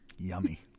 yummy